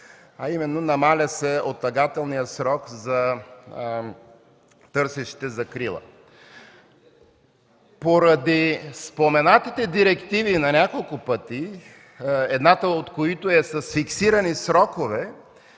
а именно намалява се отлагателният срок за търсещите закрила. Поради споменатите на няколко пъти директиви, едната от които е с фиксирани срокове